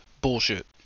Bullshit